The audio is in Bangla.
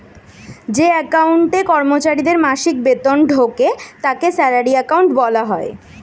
যে অ্যাকাউন্টে কর্মচারীদের মাসিক বেতন ঢোকে তাকে স্যালারি অ্যাকাউন্ট বলা হয়